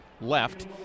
left